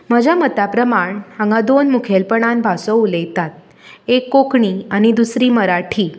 म्हज्या मतां प्रमाण हांगा मुखेलपणान दोन भासो उलयतात एक कोंकणी आनी दुसरी मराठी